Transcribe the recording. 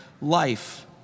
life